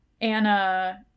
Anna